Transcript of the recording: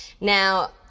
Now